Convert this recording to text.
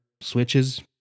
switches